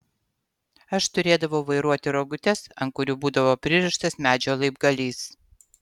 aš turėdavau vairuoti rogutes ant kurių būdavo pririštas medžio laibgalys